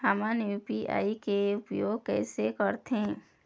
हमन यू.पी.आई के उपयोग कैसे करथें?